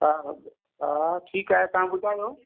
हा हा ठीकु आहे तव्हां ॿुधायो